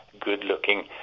good-looking